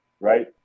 right